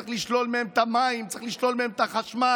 צריך לשלול מהם את המים, צריך לשלול מהם את החשמל.